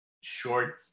short